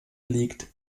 liegt